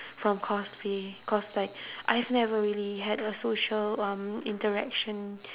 from cosplay cause like I've never really had a social um interaction